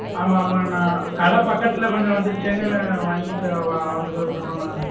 ஆமாம் ஆமாண்ணா கடை பக்கத்தில் கொஞ்சம் வந்திருச்சேன்னு வாங்கிட்டு வாங்கிறத விட்டுட்டோண்ணா